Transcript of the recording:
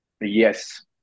Yes